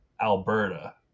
Alberta